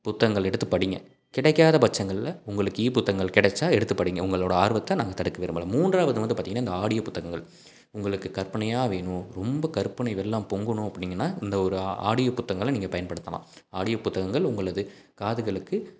புத்தகங்கள் எடுத்து படிங்க கிடைக்காத பட்சங்களில் உங்களுக்கு இ புத்தகங்கள் கிடைச்சா எடுத்து படிங்க உங்களோட ஆர்வத்தை நாங்கள் தடுக்க விரும்பலை மூன்றாவது வந்து பார்த்தீங்கன்னா இந்த ஆடியோ புத்தகங்கள் உங்களுக்கு கற்பனையாக வேணும் ரொம்ப கற்பனை வெள்ளம் பொங்கணும் அப்படிங்கனால் இந்த ஒரு ஆடியோ புத்தகங்களை நீங்கள் பயன்படுத்தலாம் ஆடியோ புத்தகங்கள் உங்களது காதுகளுக்கு